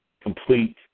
complete